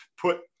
put